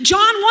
John